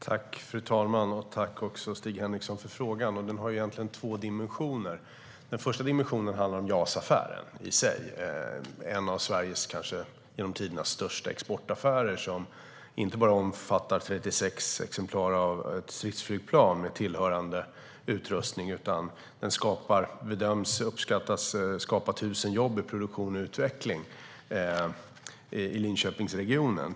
Fru talman! Tack, Stig Henriksson, för frågan! Frågan har egentligen två dimensioner. Den första dimensionen gäller JAS-affären i sig. Det är en av Sveriges genom tiderna största exportaffärer. Den omfattar inte bara 36 exemplar av ett stridsflygplan med tillhörande utrustning, utan den bedöms också skapa 1 000 jobb i produktion och utveckling i Linköpingsregionen.